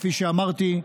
כפי שאמרתי,